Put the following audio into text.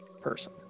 person